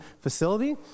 facility